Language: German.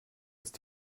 ist